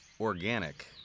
organic